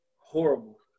Horrible